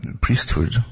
priesthood